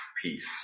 Peace